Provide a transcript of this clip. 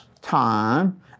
time